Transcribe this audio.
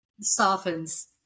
Softens